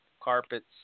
carpets